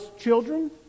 children